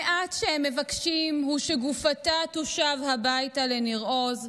המעט שהם מבקשים הוא שגופתה תושב הביתה, לניר עוז,